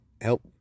help